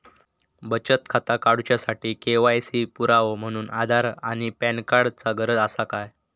बचत खाता काडुच्या साठी के.वाय.सी पुरावो म्हणून आधार आणि पॅन कार्ड चा गरज आसा काय?